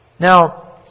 Now